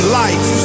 life